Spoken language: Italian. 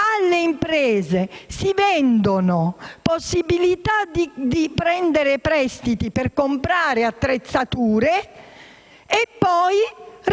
alle imprese si concede la possibilità di prendere prestiti per comprare attrezzature e poi si